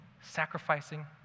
sacrificing